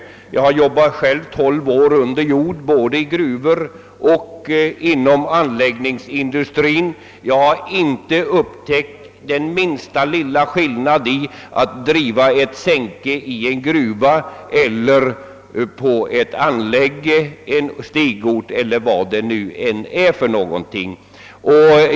Själv har jag arbetat tolv år under jord i både gruvor och anläggningsindustri men har inte upptäckt den minsta skillnad mellan att driva ett sänke i en gruva, en anläggning, en stigort eller vad det nu kan vara.